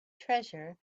treasure